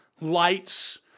lights